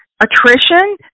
attrition